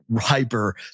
hyper